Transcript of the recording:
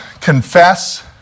confess